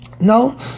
No